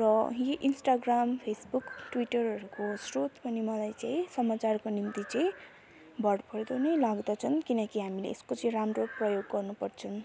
र यही Instagram Facebook ट्विटरहरूको स्रोत पनि मलाई चाहिँ समचारको निम्ति चाहिँ भरपर्दो नै लाग्दछन् किनकि हामीले यसको चाहिँ राम्रो प्रयोग गर्नु पर्छन्